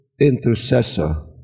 intercessor